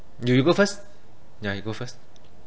you you go first yeah you go first